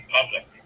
public